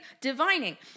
Divining